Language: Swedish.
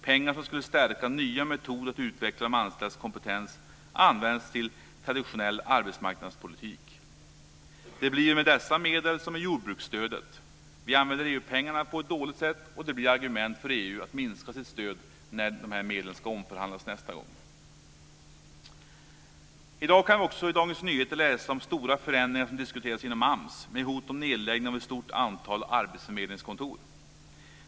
Pengarna som skulle stärka nya metoder för att utveckla de anställdas kompetens används till traditionell arbetsmarknadspolitik. Det blir väl med dessa medel som med jordbruksstödet: Vi använder EU-pengarna på ett dåligt sätt, och det blir ett argument för EU att minska sitt stöd när dessa medel omförhandlas nästa gång. I dag kan vi i Dagens Nyheter läsa om stora förändringar som diskuteras inom AMS med hot om nedläggning av ett stort antal arbetsförmedlingskontor.